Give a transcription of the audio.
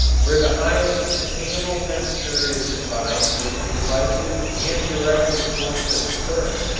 where the highest attainable temperature is combined with the divisive and directive force of the current,